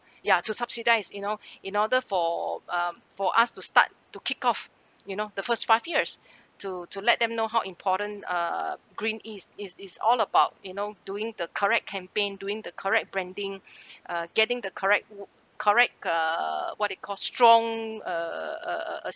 ya to subsidise you know in order for um for us to start to kick off you know the first five years to to let them know how important uh green is is is all about you know doing the correct campaign during the correct branding uh getting the correct correct uh what they call strong uh uh uh